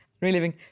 reliving